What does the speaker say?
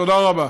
תודה רבה.